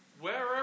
Wherever